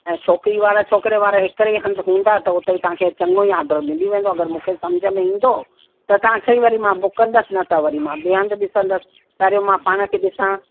ऐं छोकिरी वारा छोकिरे वारा हिकिड़े ई हंध हूंदा उते ई तव्हांखे चङो ई आर्डर मिली वेंदो अगरि मूंखे सम्झि में ईंदो त तव्हांखे ई वरी मां बुक कंदसि न त वरी मां ॿिए हंधि ॾिसंदसि पहिरियों मां पाण खे ॾिसां